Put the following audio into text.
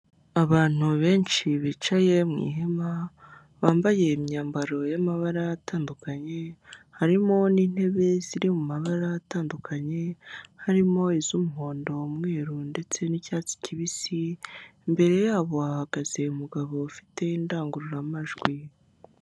Abantu benshi bicaye mu ntebe bambaye imyambaro y'amabara atandukanye, harimo n'intebe ziri mu mabara atandukanye, harimo iz'umuhondo, umweru ndetse n'icyatsi kibisi, imbere yabo hahagaze umugabo nufite indangururamajwi.